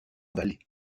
valais